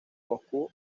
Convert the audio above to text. moscú